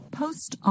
post